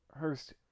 Hurst